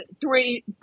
three